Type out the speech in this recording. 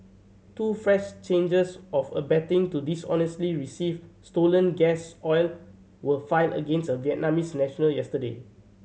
two fresh changes of abetting to dishonestly receive stolen gas oil were filed against a Vietnamese national yesterday